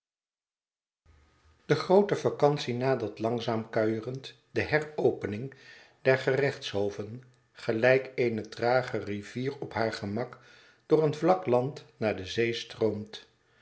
de groote vacantie nadert langzaam kuierend de heropening der gerechtshoven gelijk eene trage rivier op haar gemak door een vlak land naar de zee stroomt